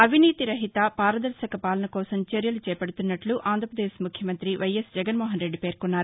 అవినీతి రహిత పారదర్శక పాలన కోసం చర్యలు చేపడుతున్నట్లు అంధ్రప్రదేశ్ ముఖ్యమంత్రి వైఎస్ జగన్మోహన్రెడ్డి పేర్కొన్నారు